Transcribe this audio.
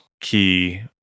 key